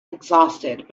exhausted